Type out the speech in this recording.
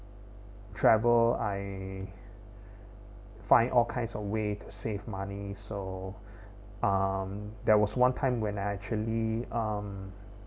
travel I find all kinds of way to save money so um there was one time when I actually um